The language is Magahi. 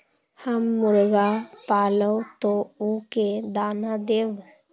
हम मुर्गा पालव तो उ के दाना देव?